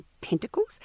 tentacles